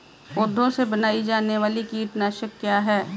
पौधों से बनाई जाने वाली कीटनाशक क्या है?